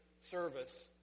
service